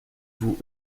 vous